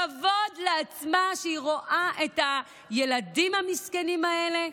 כבוד לעצמה שהיא רואה את הילדים המסכנים האלה,